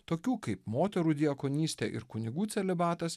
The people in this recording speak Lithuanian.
tokių kaip moterų diakonystė ir kunigų celibatas